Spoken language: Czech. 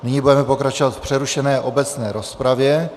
Nyní budeme pokračovat v přerušené obecné rozpravě.